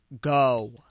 Go